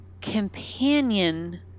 companion